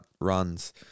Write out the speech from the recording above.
runs